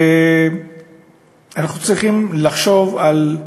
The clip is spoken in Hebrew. אנחנו צריכים לחשוב על,